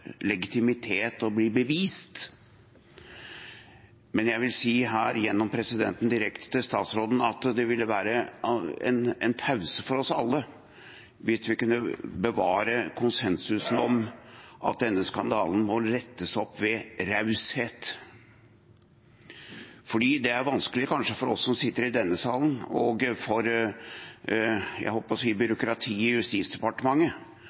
ville være en pause for oss alle hvis vi kunne bevare konsensusen om at denne skandalen må rettes opp ved raushet. Det er kanskje vanskelig for oss som sitter i denne salen, og for – jeg holdt på å si – byråkratiet i Justisdepartementet